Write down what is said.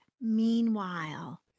Meanwhile